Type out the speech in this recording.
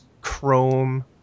Chrome